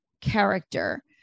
character